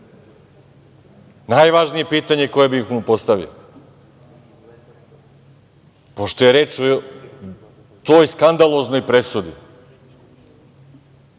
najvažnije pitanje koje bih mu postavio, pošto je reč o toj skandaloznoj presudi